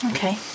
Okay